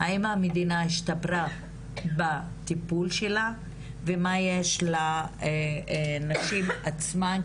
האם המדינה השתפרה בטיפול שלה ומה יש לנשים עצמן,